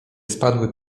spadły